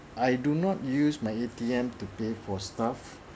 I do not use my A_T_M to pay for stuff